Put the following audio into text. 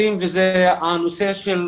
הנושא של